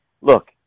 look